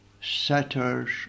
setters